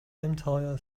entire